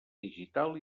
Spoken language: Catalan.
digital